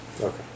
Okay